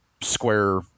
square